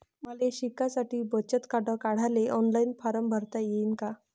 मले शिकासाठी बचत खात काढाले ऑनलाईन फारम भरता येईन का?